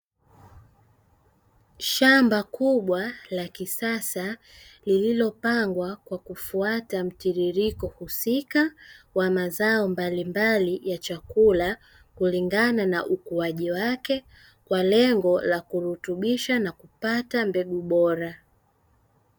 Shamba kubwa la kisasa lililopangwa kwa kufata mtiririko husika wa mazao mbalimbali ya chakula, kulingana na ukuaji wake kwa lengo la kurutubisha na kupata mbegu bora.